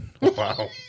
Wow